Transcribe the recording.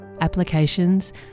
Applications